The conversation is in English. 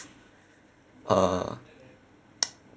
uh